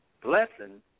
blessing